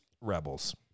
Rebels